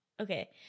Okay